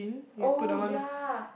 oh ya